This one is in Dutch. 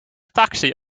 taxi